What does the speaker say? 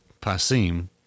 pasim